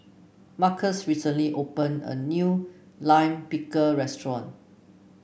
Marcus recently opened a new Lime Pickle restaurant